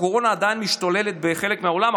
כשהקורונה עדיין משתוללת בחלק מהעולם,